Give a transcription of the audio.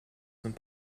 some